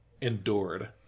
endured